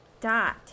Dot